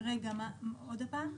עוד פעם?